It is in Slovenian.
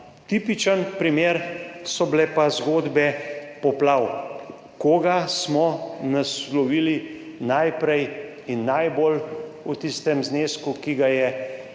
Tipičen primer so bile pa zgodbe poplav, koga smo naslovili najprej in najbolj v tistem znesku, ki ga je omenila